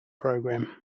programme